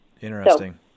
Interesting